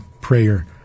prayer